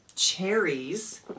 Cherries